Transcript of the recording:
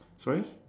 sorry